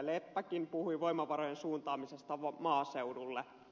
leppäkin puhui voimavarojen suuntaamisesta maaseudulle